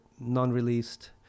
non-released